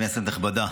כנסת נכבדה,